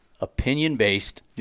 opinion-based